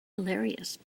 hilarious